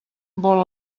vol